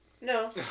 No